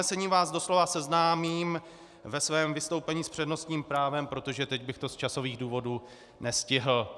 S usnesením vás doslova seznámím ve svém vystoupení s přednostním právem, protože teď bych to z časových důvodů nestihl.